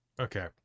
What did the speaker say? okay